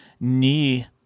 knee